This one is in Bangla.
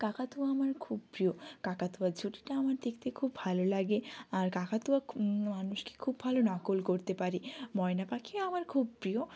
কাকাতুয়া আমার খুব প্রিয় কাকাতুয়ার ঝুঁটিটা আমার দেখতে খুব ভালো লাগে আর কাকাতুয়া খু মানুষকে খুব ভালো নকল করতে পারে ময়না পাখিও আমার খুব প্রিয়